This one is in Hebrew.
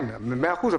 מאה אחוז,